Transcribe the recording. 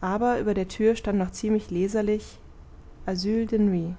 aber über der tür stand noch ziemlich leserlich asyle